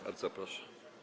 Bardzo proszę.